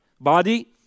body